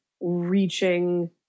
reaching